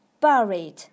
buried